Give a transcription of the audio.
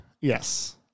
yes